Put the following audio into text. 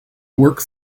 work